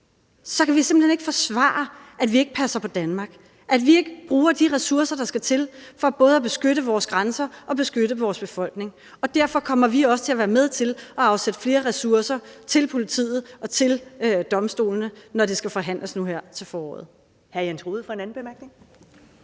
kan vi simpelt hen ikke forsvare, at vi ikke passer på Danmark, at vi ikke bruger de ressourcer, der skal til for både at beskytte vores grænser og beskytte vores befolkning, og derfor kommer vi også til at være med til at afsætte flere ressourcer til politiet og til domstolene, når det skal forhandles nu her til foråret. Kl. 14:32 Første næstformand